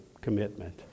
commitment